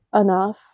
enough